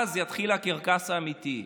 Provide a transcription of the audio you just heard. אז יתחיל הקרקס האמיתי.